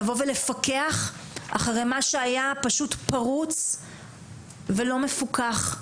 לבוא ולפקח אחרי מה שהיה פשוט פרוץ ולא מפוקח.